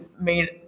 made